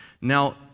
Now